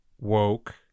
woke